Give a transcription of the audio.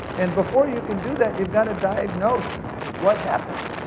and before you can do that, you've gotta diagnose what happened,